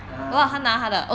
ya lah ya lah